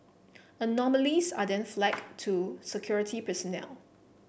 anomalies are then flagged to security personnel